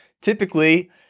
typically